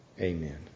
Amen